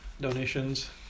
donations